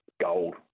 gold